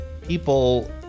people